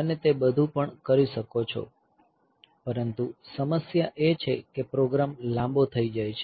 અને તે બધું પણ કરી શકો છો પરંતુ સમસ્યા એ છે કે પ્રોગ્રામ લાંબો થઈ જાય છે